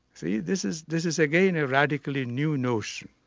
see this is this is again a radically new notion.